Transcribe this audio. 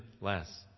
less